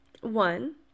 one